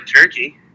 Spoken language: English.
turkey